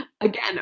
Again